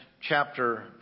chapter